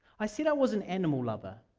i said i was an animal lover,